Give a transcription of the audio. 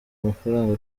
amafaranga